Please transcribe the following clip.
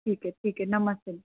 ठीक है ठीक है नमस्ते